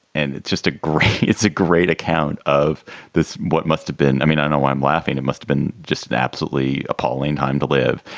and it's just a great it's a great account of this. what must have been. i mean, i know i'm laughing. it must've been just an absolutely appalling time to live.